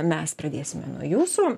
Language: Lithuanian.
mes pradėsime nuo jūsų